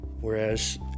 Whereas